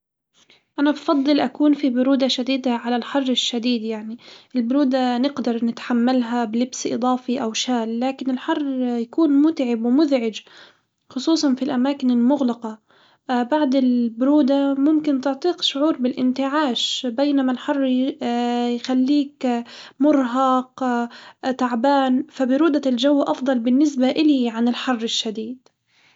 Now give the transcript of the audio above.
أنا بفضل أكون في برودة شديدة عن الحر الشديد، يعني البرودة نقدر نتحملها بلبس إظافي أو شال لكن الحر بيكون متعب ومزعج خصوصًا في الأماكن المغلقة، بعض البرودة ممكن تعطيك شعور بالانتعاش بينما الحر ي يخليك مرهق تعبان، فبرودة الجو أفضل بالنسبة إلي عن الحر الشديد.